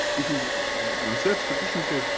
if you research sufficiently,